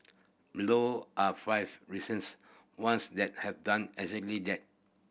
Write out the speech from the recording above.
below are five ones that have done exactly that